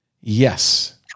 Yes